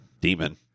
demon